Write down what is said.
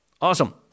awesome